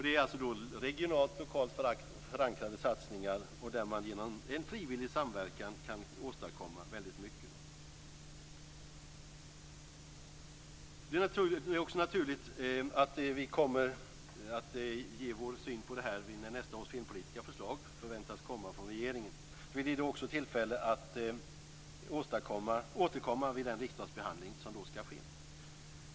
Det handlar om regionalt och lokalt förankrade satsningar, och man kan genom frivillig samverkan åstadkomma mycket. Det är också naturligt att vi kommer att framföra vår uppfattning vid nästa års förväntade filmpolitiska förslag från regeringen. Då blir det också tillfälle att återkomma vid den riksdagsbehandling som då skall ske.